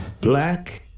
Black